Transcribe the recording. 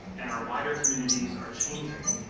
and our wider communities are changing,